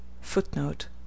Footnote